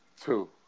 two